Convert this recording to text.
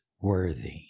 worthy